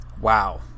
Wow